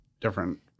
different